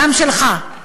באיזו ארץ?